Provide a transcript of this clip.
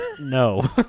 No